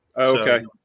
Okay